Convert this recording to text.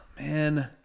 man